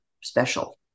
special